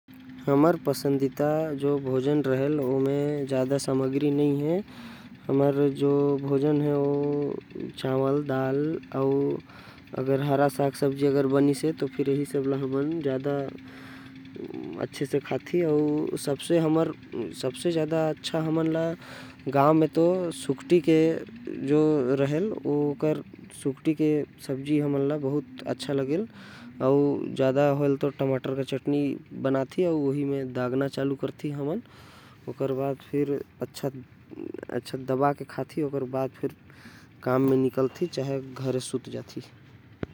हमर भोजन म ज्यादा सामग्री नही हवे। हमन ज्यादातर चावल दाल अउ हरा साग सब्जी। खाथि। गांव म हमन ल सबसे अच्छा सुकठी के सब्जी लागथे। अउ टमाटर के चटनी अच्छा लागथे।